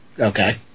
Okay